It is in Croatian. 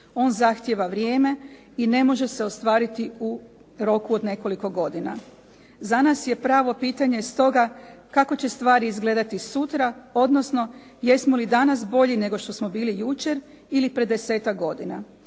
On zahtijeva vrijeme i ne može se ostvariti u roku od nekoliko godina. Za nas je pravo pitanje stoga kako će stvari izgledati sutra, odnosno jesmo li danas bolji nego što smo bili jučer ili pred desetak godina.